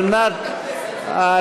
יש כמה, הכנסת.